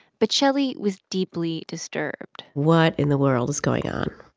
but shelley was deeply disturbed what in the world is going on?